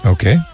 Okay